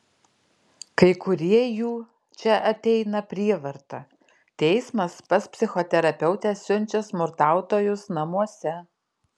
kai kurie jų čia ateina prievarta teismas pas psichoterapeutę siunčia smurtautojus namuose